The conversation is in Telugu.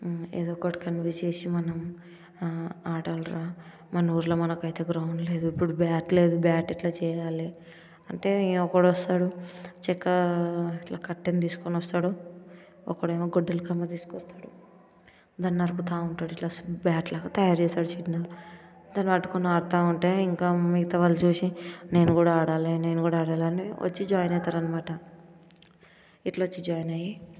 ఏదో ఒకటి కన్విన్స్ చేసి మనం ఆడాలిరా మన ఊర్లో మనకి అయితే గ్రౌండ్ లేదు ఇప్పుడు బ్యాట్ లేదు బ్యాట్ ఎట్ట చేయాలి అంటే ఈయన కూడా వస్తాడు చెక్క ఇంకా కట్టి తీసుకొని వస్తాడు ఒకడు ఏమో గొడ్డలి కొమ్మ తీసుకొని వస్తాడు దాన్ని నరుకుతూ ఉంటాడు ఇట్ట బ్యాట్లాగా తయారు చేస్తాడు చిన్నగా దాన్ని పట్టుకొని ఆడతా ఉంటే ఇంకా మిగతా వాళ్ళు చూసి నేను కూడా ఆడాలి నేను కూడా ఆడాలి అని వచ్చి జాయిన్ అవుతారు అనమాట ఇట్లా వచ్చి జాయిన్ అయ్యి